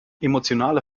emotionale